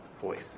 voice